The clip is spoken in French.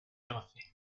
refait